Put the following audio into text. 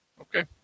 Okay